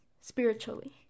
spiritually